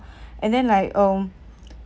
and then like um